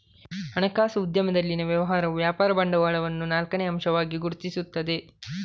ಹಣಕಾಸು ಉದ್ಯಮದಲ್ಲಿನ ವ್ಯವಹಾರವು ವ್ಯಾಪಾರ ಬಂಡವಾಳವನ್ನು ನಾಲ್ಕನೇ ಅಂಶವಾಗಿ ಗುರುತಿಸುತ್ತದೆ